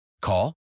Call